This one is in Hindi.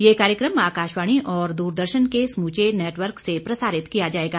यह कार्यक्रम आकाशवाणी और द्रदर्शन के समूचे नेटवर्क से प्रसारित किया जाएगा